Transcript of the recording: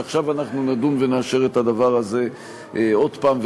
שעכשיו אנחנו נדון ונאשר את הדבר הזה עוד הפעם,